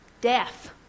death